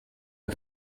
się